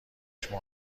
چشم